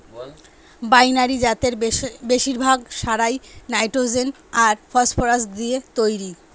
binary জাতের বেশিরভাগ সারই নাইট্রোজেন আর ফসফরাস দিয়ে তইরি